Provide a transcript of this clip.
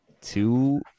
Two